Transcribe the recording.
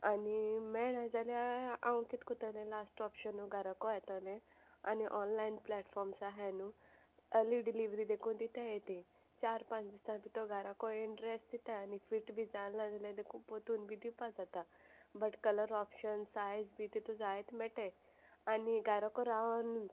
आनी मेळनाय जाल्यार हांव कित कोत्तोलें लास्ट ऑप्शनू घाराको येतोलें आनी ऑनलायन प्लॅटफॉर्म्स आहाय न्हू अर्ली डिलिवरी देखून दिताय ती चार पांच दिसां भितोर घाराको येन ड्रॅस दिताय आनी फीट बी जाला जाल्या देखून पोत्तून बी दिवपा जाता बट कलर ऑप्शन सायज बी तितू जायत मेळटाय आनी घाराको रावन